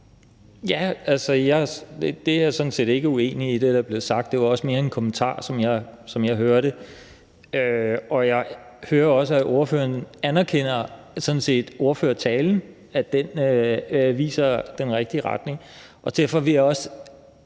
(V): Jeg er sådan set ikke uenig i det, der er blevet sagt, men det var også mere en kommentarer, som jeg hører det. Jeg hører også, at ordføreren anerkender ordførertalen, og at den viser den rigtige retning. Derfor vil